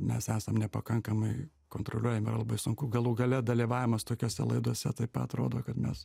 mes esam nepakankamai kontroliuojami yra labai sunku galų gale dalyvavimas tokiose laidose taip pat rodo kad mes